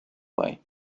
why